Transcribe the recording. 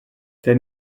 tel